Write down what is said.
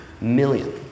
million